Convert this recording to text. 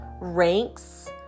ranks